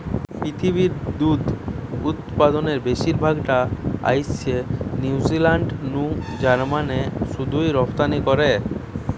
পৃথিবীর দুধ উতপাদনের বেশির ভাগ টা আইসে নিউজিলান্ড নু জার্মানে শুধুই রপ্তানি করে